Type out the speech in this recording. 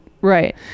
Right